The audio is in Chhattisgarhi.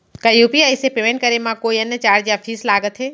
का यू.पी.आई से पेमेंट करे म कोई अन्य चार्ज या फीस लागथे?